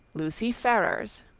lucy ferrars.